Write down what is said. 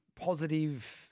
positive